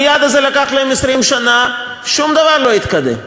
המייד הזה לקח להם 20 שנה, שום דבר לא התקדם.